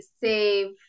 save